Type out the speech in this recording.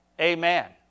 Amen